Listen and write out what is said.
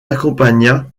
accompagna